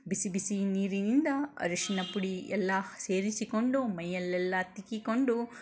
ಬಿಸಿ ಬಿಸಿ ನೀರಿನಿಂದ ಅರಶಿಣ ಪುಡಿ ಎಲ್ಲ ಸೇರಿಸಿಕೊಂಡು ಮೈಯನ್ನೆಲ್ಲ ತಿಕ್ಕಿಕೊಂಡು